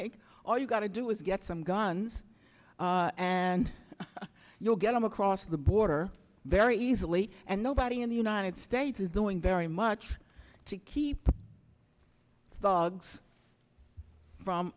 like all you've got to do is get some guns and you'll get them across the border very easily and nobody in the united states is doing very much to keep dogs from